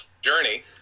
journey